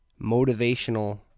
Motivational